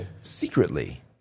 secretly